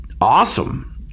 awesome